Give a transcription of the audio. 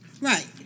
Right